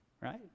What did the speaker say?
right